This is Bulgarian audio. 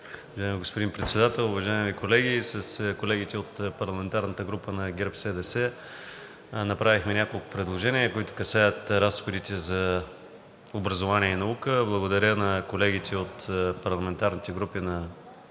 Благодаря, господин Председател. Уважаеми колеги, с колегите от парламентарната група на ГЕРБ-СДС направихме няколко предложения, касаещи разходите за образование и наука. Благодаря на колегите от парламентарните групи на „Движението